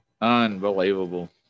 Unbelievable